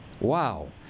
Wow